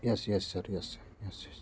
yes yes sir yes yes yes